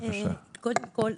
קודם כל,